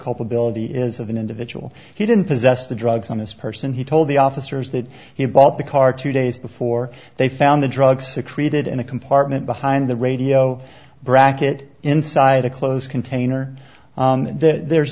culpability is of an individual he didn't possess the drugs on his person he told the officers that he bought the car two days before they found the drugs secreted in a compartment behind the radio bracket inside a closed container there